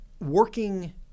working